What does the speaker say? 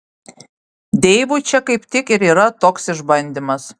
deivui čia kaip tik ir yra toks išbandymas